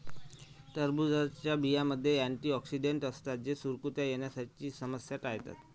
टरबूजच्या बियांमध्ये अँटिऑक्सिडेंट असतात जे सुरकुत्या येण्याची समस्या टाळतात